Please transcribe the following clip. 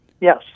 Yes